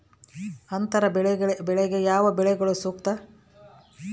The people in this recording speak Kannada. ಅಂತರ ಬೆಳೆಗೆ ಯಾವ ಬೆಳೆಗಳು ಸೂಕ್ತ?